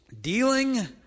Dealing